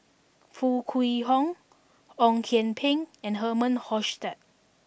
Foo Kwee Horng Ong Kian Peng and Herman Hochstadt